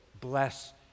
bless